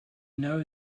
know